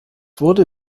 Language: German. wurde